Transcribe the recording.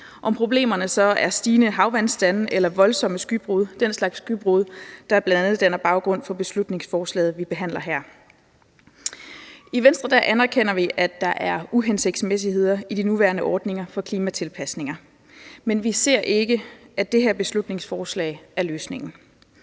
om problemerne skyldes stigende vandstande eller voldsomme skybrud – den slags skybrud, der bl.a. danner baggrund for beslutningsforslaget, som vi behandler her. I Venstre anerkender vi, at der er uhensigtsmæssigheder i de nuværende ordninger for klimatilpasninger, men vi ser ikke, at det her beslutningsforslag er løsningen.